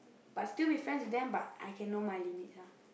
but still be friends with them but I can know my limits ah